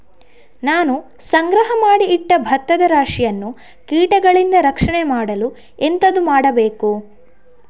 ನಾನು ಸಂಗ್ರಹ ಮಾಡಿ ಇಟ್ಟ ಭತ್ತದ ರಾಶಿಯನ್ನು ಕೀಟಗಳಿಂದ ರಕ್ಷಣೆ ಮಾಡಲು ಎಂತದು ಮಾಡಬೇಕು?